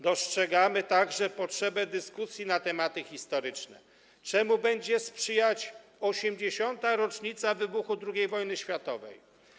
Dostrzegamy także potrzebę dyskusji na tematy historyczne, czemu będzie sprzyjać 80. rocznica wybuchu II wojny światowej.